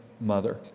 mother